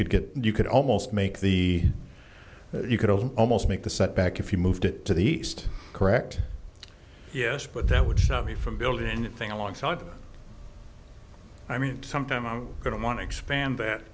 could get you could almost make the you could almost make the set back if you moved it to the east correct yes but that would be from building anything along side i mean sometime i'm going to want to expand that